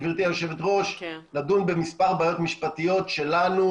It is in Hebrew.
גבירתי היושבת-ראש לדון במספר בעיות משפטיות שלנו